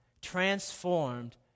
transformed